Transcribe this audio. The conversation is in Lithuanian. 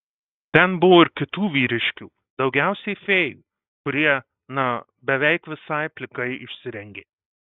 ten buvo ir kitų vyriškių daugiausiai fėjų kurie na beveik visai plikai išsirengė